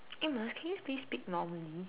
Amos can you please speak normally